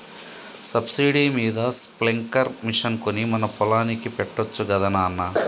subsidy మీద sprinkler machine కొని మన పొలానికి పెట్టొచ్చు గదా నాన